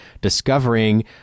discovering